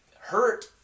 hurt